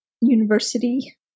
university